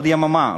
עוד יממה,